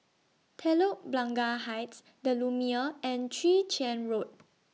Telok Blangah Heights The Lumiere and Chwee Chian Road